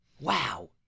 Wow